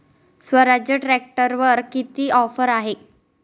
स्वराज ट्रॅक्टरवर किती ऑफर आहे?